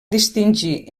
distingir